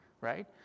Right